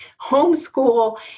homeschool